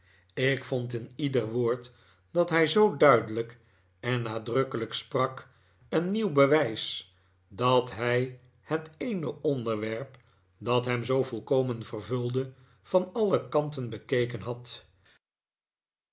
ik vond in ieder woord dat hij zoo duidelijk en nadrukkelijk sprak een nieuw bewijs dat hij het eene onderwerp dat hem zoo volkomen vervulde van alle kanten bekeken had